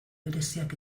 bereziak